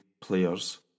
players